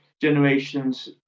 generations